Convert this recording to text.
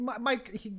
Mike